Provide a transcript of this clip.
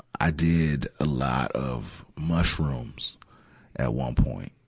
i did a lot of mushrooms at one point.